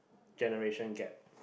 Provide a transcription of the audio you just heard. generation gap